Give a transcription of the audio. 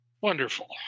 Wonderful